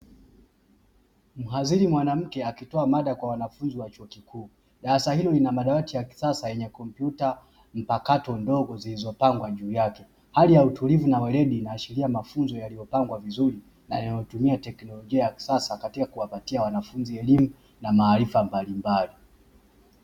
Mhadhiri mwanamke akitoa mada kwa wanafunzi wa chuo kikuu, darasa hilo lina madawati ya kisasa yenye kompyuta mpakato ndogo zilizopangwa juu yake. Hali ya utulivu na weledi inaashiria mafunzo yaliyopangwa vizuri na inayotumia teknolojia ya kisasa katika kuwapatia wanafunzi elimu na maarifa mbalimbali.